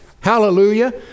hallelujah